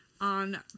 on